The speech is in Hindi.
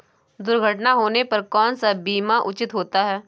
दुर्घटना होने पर कौन सा बीमा उचित होता है?